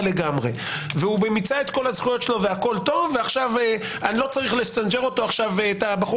לגמרי והוא מיצה את כל הזכויות שלו ואני לא צריך לסנג'ר את הבחור